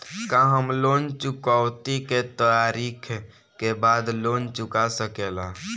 का हम लोन चुकौती के तारीख के बाद लोन चूका सकेला?